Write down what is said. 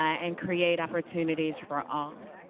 ah and create opportunities for all.